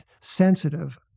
sensitive